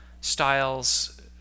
styles